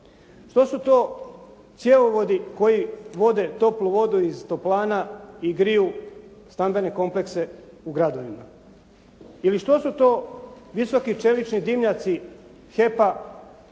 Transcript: Što su to cjevovodi koji vode toplu vodu iz toplana i griju standardne komplekse u gradovima. Ili što su to visoki čelični dimnjaci HEP-a